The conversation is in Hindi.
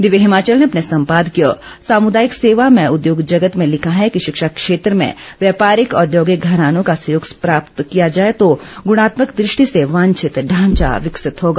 दिव्य हिमाचल ने अपने सम्पादकीय सामुदायिक सेवा में उद्योग जगत में लिखा है कि शिक्षा क्षेत्र में व्यापारिक औद्योगिक घरानों का सहयोग प्राप्त किया जाए तो गुणात्मक दृष्टि से वांछित ढांचा विकसित होगा